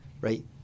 right